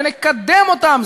ונקדם אותם,